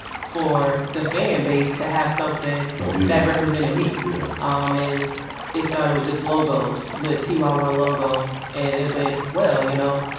for the fan base to have something that yeah represented me. yeah um and it started with just logos. like t y one logo. and it went well, you know.